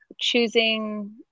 choosing